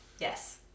Yes